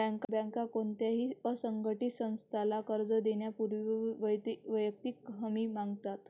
बँका कोणत्याही असंघटित संस्थेला कर्ज देण्यापूर्वी वैयक्तिक हमी मागतात